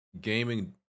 gaming